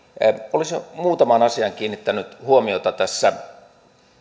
olisin muutamaan asiaan kiinnittänyt huomiota tässä